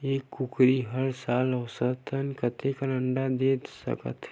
एक कुकरी हर साल औसतन कतेक अंडा दे सकत हे?